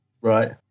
Right